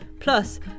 Plus